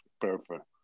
perfect